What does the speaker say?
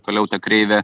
toliau ta kreivė